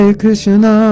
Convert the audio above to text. Krishna